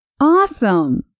Awesome